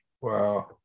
Wow